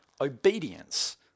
obedience